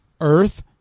Earth